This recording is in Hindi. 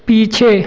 पीछे